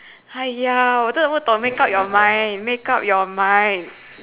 !haiya! 我真的不懂 make up your mind make up your mind